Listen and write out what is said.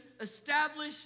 establish